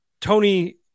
Tony